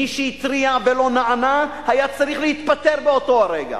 מי שהתריע ולא נענה היה צריך להתפטר באותו הרגע.